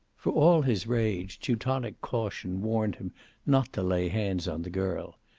for all his rage, teutonic caution warned him not to lay hands on the girl.